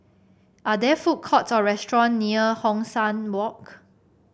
are there food courts or restaurant near Hong San Walk